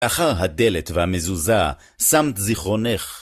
אחר הדלת והמזוזה, שמת זיכרונך.